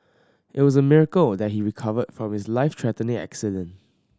it was a miracle that he recovered from his life threatening accident